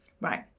Right